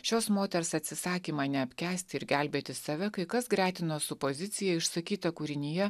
šios moters atsisakymą neapkęsti ir gelbėti save kai kas gretino su pozicija išsakyta kūrinyje